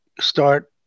start